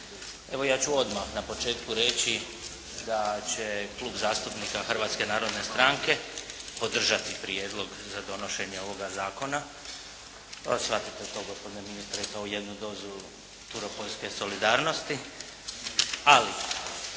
Evo ja ću odmah na početku reći da će klub zastupnika Hrvatske narodne stranke podržati prijedlog za donošenje ovoga zakona. Pa shvatite to, gospodine ministre kao jednu dozu turopoljske solidarnosti. Ali,